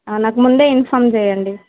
నాకు ముందే ఇన్ఫామ్ చెయ్యండి